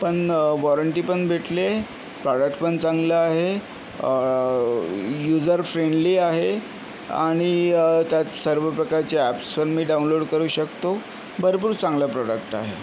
पण वॉरंटी पण भेटले आहे प्रॉडक्ट पण चांगलं आहे युजर फ्रेंडली आहे आणि त्यात सर्व प्रकारचे ॲप्सं मी डाउनलोड करू शकतो भरपूर चांगलं प्रॉडक्ट आहे